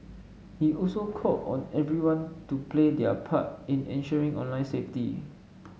he also call on everyone to play their part in ensuring online safety